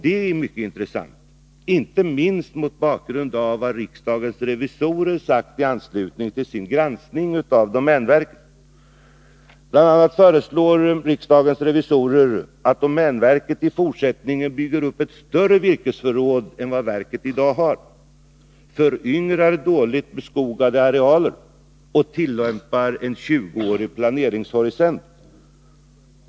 Det är mycket intressant, inte minst mot bakgrund av vad riksdagens revisorer sagt i anslutning till sin granskning av domänverket. BI. a. föreslår riksdagens revisorer att domänverket i fortsättningen bygger upp större virkesförråd än vad verket nu har, föryngrar dåligt beskogade större arealer samt tillämpar även en 20-årig planeringshorisont.